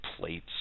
plates